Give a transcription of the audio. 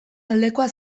aldekoa